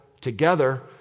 together